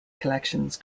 collections